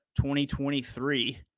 2023